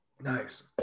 Nice